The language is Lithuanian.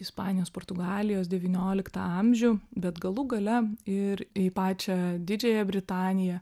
ispanijos portugalijos devynioliktą amžių bet galų gale ir į pačią didžiąją britaniją